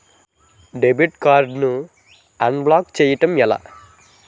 Debit card ను unblock block చేయటం ఎలా?